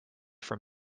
from